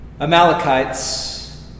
Amalekites